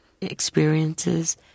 experiences